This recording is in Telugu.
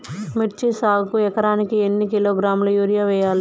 మిర్చి సాగుకు ఎకరానికి ఎన్ని కిలోగ్రాముల యూరియా వేయాలి?